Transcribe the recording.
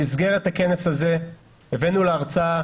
במסגרת הכנס הזה הבאנו להרצאה,